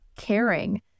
caring